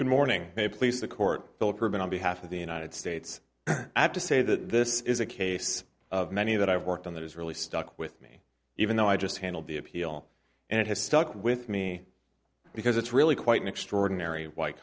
good morning may please the court philip herman on behalf of the united states i have to say that this is a case of many that i've worked on that has really stuck with me even though i just handled the appeal and it has stuck with me because it's really quite an extraordinary white